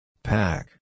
Pack